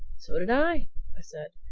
so did i, i said.